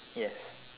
yes